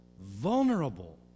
vulnerable